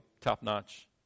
top-notch